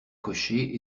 cochers